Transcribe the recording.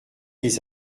des